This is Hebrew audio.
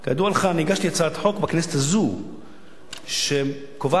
אני הגשתי הצעת חוק בכנסת הזאת שקובעת ששר